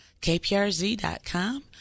KPRZ.com